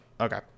Okay